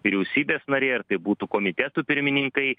vyriausybės nariai ar tai būtų komitetų pirmininkai